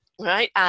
right